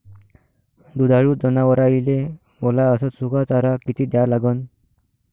दुधाळू जनावराइले वला अस सुका चारा किती द्या लागन?